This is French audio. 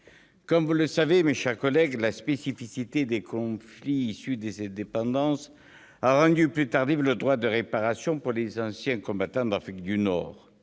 Comme vous le savez, mes chers collègues, la spécificité des conflits issus des indépendances a rendu plus tardive la reconnaissance du droit à réparation pour les anciens combattants d'Afrique du Nord.